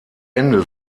ende